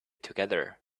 together